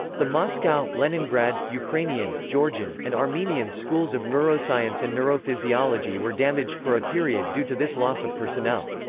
the moscow, leningrad, ukrainian, georgian, and armenian schools of neuroscience and neurophysiology were damaged for a period due to this loss of personnel.